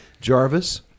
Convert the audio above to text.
Jarvis